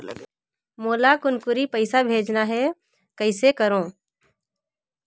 मोला कुनकुरी पइसा भेजना हैं, कइसे करो?